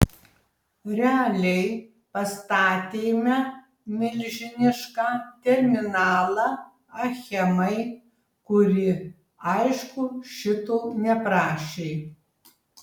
realiai pastatėme milžinišką terminalą achemai kuri aišku šito neprašė